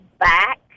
back